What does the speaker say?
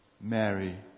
Mary